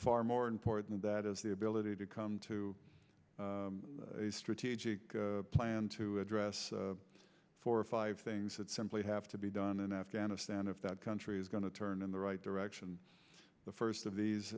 far more important that is the ability to come to a strategic plan to address four or five things that simply have to be done in afghanistan if that country is going to turn in the right direction the first of these